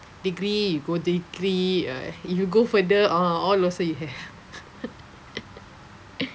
degree you go degree ah if you go further ah all also you have